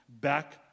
Back